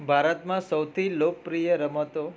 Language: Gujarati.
ભારતમાં સૌથી લોકપ્રિય રમતો